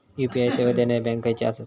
UPI सेवा देणारे bank खयचे आसत?